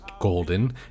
golden